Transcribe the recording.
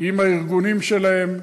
עם הארגונים שלהם,